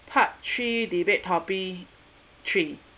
part three debate topic three